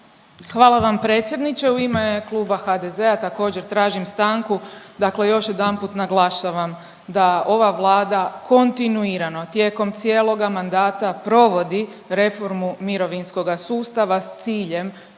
Hvala vam predsjedniče. U ime kluba HDZ-a također tražim stanku. Dakle, još jedanput naglašavam da ova Vlada kontinuirano tijekom cijeloga mandata provodi reformu mirovinskoga sustava s ciljem